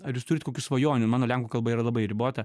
ar jūs turit kokių svajonių mano lenkų kalba yra labai ribota